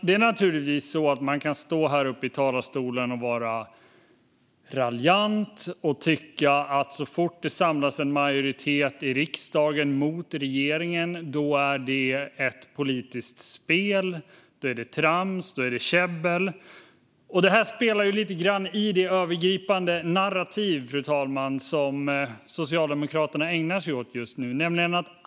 Det är naturligtvis så att man kan stå här uppe i talarstolen och vara raljant och tycka att så fort det samlas en majoritet i riksdagen mot regeringen är det ett politiskt spel. Då är det trams och käbbel. Fru talman! Det är lite grann det övergripande narrativ som Socialdemokraterna ägnar sig åt just nu.